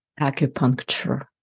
acupuncture